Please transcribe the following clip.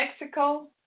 Mexico